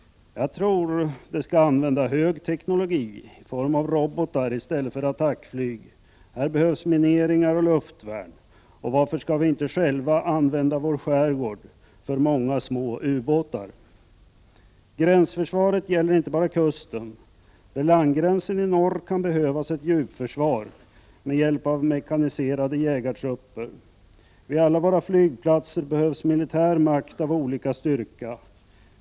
Jag tror att vi skall använda högteknologi i form av robotar i stället för attackflyg. Det behövs mineringar och luftvärn, och varför skall vi inte själva använda vår skärgård för många små ubåtar? Gränsförsvaret gäller inte bara kusten. Vid landgränsen i norr kan behövas ett djupförsvar med hjälp av mekaniserade jägartrupper. Vid alla våra flygplatser behövs militär makt av olika styrka.